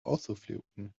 auszuflippen